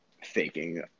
faking